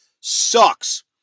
Sucks